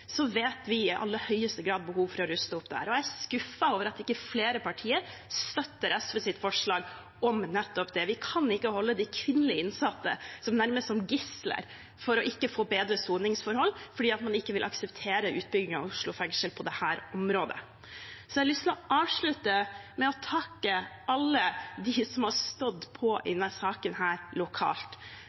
vet jeg at det i aller høyeste grad er behov for å ruste opp der. Jeg er skuffet over at ikke flere partiet støtter SVs forslag om nettopp det. Vi kan ikke holde de kvinnelige innsatte nærmest som gisler for ikke å få bedre soningsforhold, fordi man ikke vil akseptere utbyggingen av Oslo fengsel på dette området. Jeg har lyst til å avslutte med å takke alle dem som har stått på i denne saken lokalt.